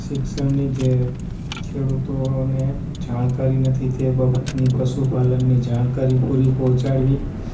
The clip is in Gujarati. શિક્ષણની જે ખેડુતોને જાણકારી નથી તે બાબતની પશુપાલનની જાણકારી પૂરી પહોંચાડવી